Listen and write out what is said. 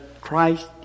Christ